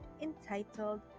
entitled